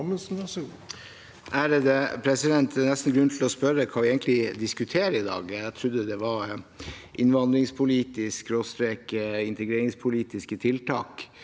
Det er nes- ten grunn til å spørre hva vi egentlig diskuterer i dag. Jeg trodde det var innvandringspolitiske/integreringspolitiske tiltak,